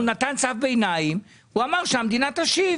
הוא נתן צו ביניים ואמר שהמדינה תשיב.